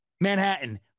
Manhattan